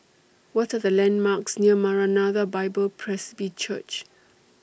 What Are The landmarks near Maranatha Bible Presby Church